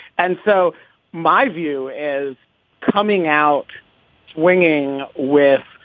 and so my view is coming out swinging with,